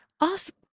ask